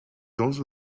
also